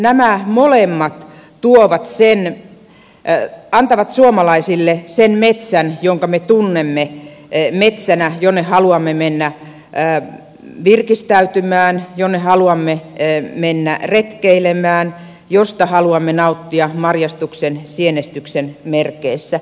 nämä molemmat antavat suomalaisille sen metsän jonka me tunnemme metsänä jonne haluamme mennä virkistäytymään jonne haluamme mennä retkeilemään josta haluamme nauttia marjastuksen sienestyksen merkeissä